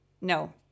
no